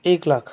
एक लाख